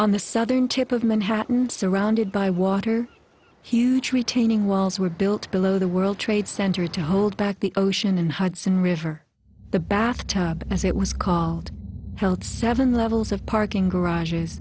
on the southern tip of manhattan surrounded by water huge retaining walls were built below the world trade center to hold back the ocean and hudson river the bath tub as it was called seven levels of parking garages